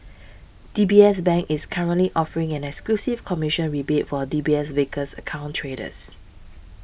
D B S Bank is currently offering an exclusive commission rebate for a D B S Vickers account traders